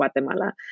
Guatemala